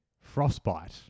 frostbite